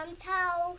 house